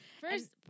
First